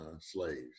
slaves